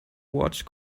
watch